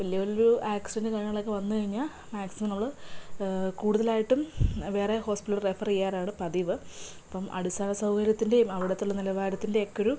വലിയ വലിയൊരു ആക്സിഡൻ്റ് കാര്യങ്ങളോ ഒക്കെ വന്നു കഴിഞ്ഞാൽ മാക്സിമം നമ്മള് കൂടുതലായിട്ടും വേറെ ഹോസ്പിറ്റലിലോട്ട് റെഫർ ചെയ്യാറാണ് പതിവ് അപ്പം അടിസ്ഥാന സൗകര്യത്തിൻ്റെയും അവിടത്തെ ഉള്ള നിലവാരത്തിൻ്റെയും ഒക്കെ ഒരു